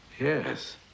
Yes